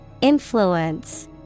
Influence